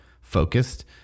focused